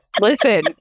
Listen